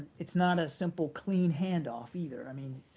it's not a simple, clean handoff either. i mean,